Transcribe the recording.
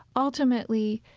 ultimately,